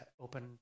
open